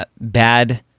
bad